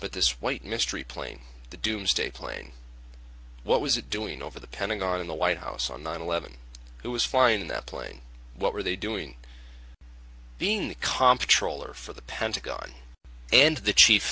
but this white mystery plane the doomsday plane what was it doing over the pentagon in the white house on nine eleven who was flying that plane what were they doing being the comptroller for the pentagon and the chief